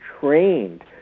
trained